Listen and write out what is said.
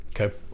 Okay